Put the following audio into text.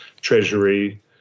Treasury